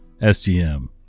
SGM